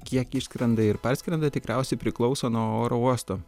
kiek išskrenda ir parskrenda tikriausiai priklauso nuo oro uosto